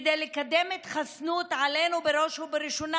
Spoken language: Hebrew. כדי לקדם התחסנות עלינו בראש ובראשונה